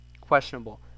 Questionable